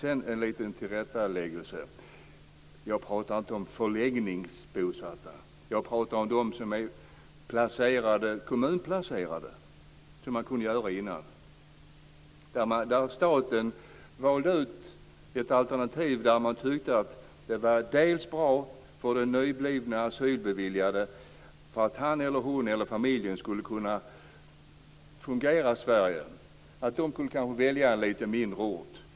Ett litet tillrättaläggande: Jag pratar inte om bosatta i förläggningar utan om kommunplacerade, som vi hade tidigare. Staten valde ut ett alternativ som man tyckte var bra för den nyblivne asylbeviljade, så att han eller hon eller familjen skulle kunna fungera i Sverige. Man kunde kanske t.ex. välja ut en lite mindre ort.